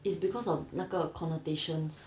it's because of 那个 connotations